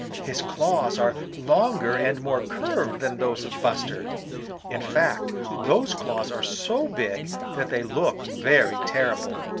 his claws are longer and more curved than those of buster in fact those claws are so big that they look very terrible.